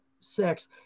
sex